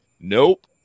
nope